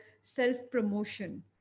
self-promotion